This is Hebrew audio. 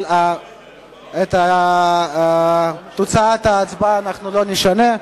אבל את תוצאת ההצבעה אנחנו לא נשנה.